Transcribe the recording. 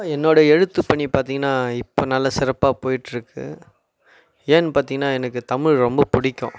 என்னோடய எழுத்துப்பணி பார்த்திங்கனா இப்போ நல்லா சிறப்பாக போயிகிட்ருக்கு ஏன்னு பார்த்திங்கனா எனக்கு தமிழ் ரொம்ப பிடிக்கும்